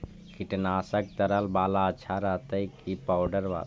कीटनाशक तरल बाला अच्छा रहतै कि पाउडर बाला?